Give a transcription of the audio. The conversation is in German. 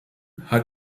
hat